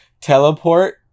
teleport